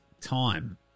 time